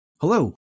Hello